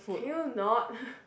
can you not